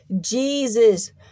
Jesus